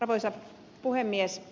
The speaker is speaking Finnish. arvoisa puhemies